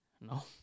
No